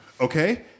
Okay